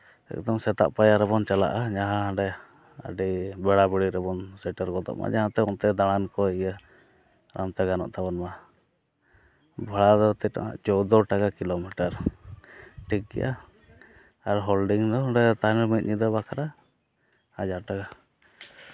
ᱮᱠᱫᱚᱢ ᱥᱮᱛᱟᱜ ᱯᱟᱭᱟᱨ ᱨᱮᱵᱚᱱ ᱪᱟᱞᱟᱜᱼᱟ ᱡᱟᱦᱟᱸᱨᱮ ᱟᱹᱰᱤ ᱵᱮᱲᱟ ᱵᱮᱲᱤ ᱨᱮᱵᱚᱱ ᱥᱮᱴᱮᱨ ᱜᱚᱫᱚᱜ ᱢᱟ ᱡᱟᱦᱟᱸ ᱛᱮ ᱚᱱᱛᱮ ᱫᱟᱬᱟᱱ ᱠᱚ ᱤᱭᱟᱹ ᱦᱟᱱᱛᱮ ᱜᱟᱱᱚᱜ ᱛᱟᱵᱚᱱ ᱢᱟ ᱵᱷᱟᱲᱟ ᱫᱚ ᱛᱤᱱᱟᱹᱜ ᱪᱳᱫᱽᱫᱳ ᱴᱟᱠᱟ ᱠᱤᱞᱳᱢᱤᱴᱟᱨ ᱴᱷᱤᱠ ᱜᱮᱭᱟ ᱟᱨ ᱦᱳᱞᱰᱤᱝ ᱫᱚ ᱚᱸᱰᱮ ᱛᱟᱦᱮ ᱱᱟᱵᱚᱱ ᱢᱤᱫ ᱧᱤᱫᱟᱹ ᱵᱟᱠᱷᱨᱟ ᱦᱟᱡᱟᱨ ᱴᱟᱠᱟ